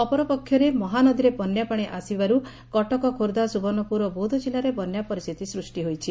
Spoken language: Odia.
ଅପରପକ୍ଷରେ ମହାନଦୀରେ ବନ୍ୟାପାଣି ଆସିବାରୁ କଟକ ଖୋର୍ବ୍ଧା ସୁବର୍ଶ୍ଚପୁର ଓ ବୌଦ୍ଧ କିଲ୍ଲାରେ ବନ୍ୟା ପରିସ୍ରିତି ସୂଷି ହୋଇଛି